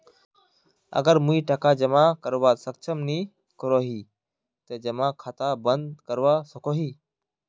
अगर मुई टका जमा करवात सक्षम नी करोही ते जमा खाता बंद करवा सकोहो ही?